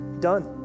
Done